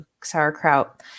sauerkraut